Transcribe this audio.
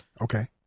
Okay